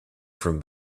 from